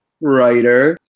writer